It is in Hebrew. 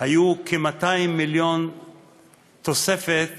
היו כ-200 מיליון תוספת